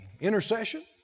intercession